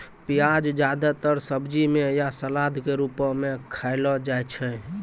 प्याज जादेतर सब्जी म या सलाद क रूपो म खयलो जाय छै